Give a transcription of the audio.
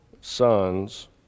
sons